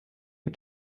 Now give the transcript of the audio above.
mit